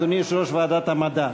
אדוני יושב-ראש ועדת המדע,